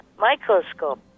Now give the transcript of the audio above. microscope